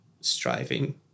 striving